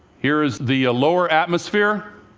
here is the lower atmosphere.